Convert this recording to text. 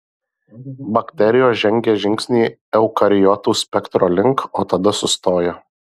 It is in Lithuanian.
bakterijos žengė žingsnį eukariotų spektro link o tada sustojo